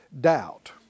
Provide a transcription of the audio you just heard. doubt